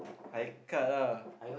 high cut ah